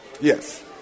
Yes